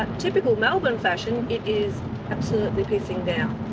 ah typical melbourne fashion it is absolutely pissing down.